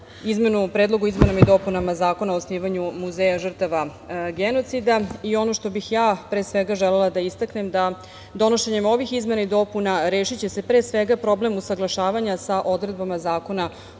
izmenu o Predlogu zakona o izmenama i dopunama Zakona o osnivanju muzeja žrtava genocida. Ono što bih ja, pre svega, želela da istaknem to je da donošenje ovih izmena i dopuna, rešiće se, pre svega, problem usaglašavanja sa odredbama Zakona